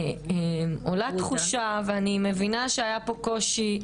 אני מבינה שהיה פה קושי,